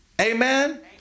Amen